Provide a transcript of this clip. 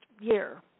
year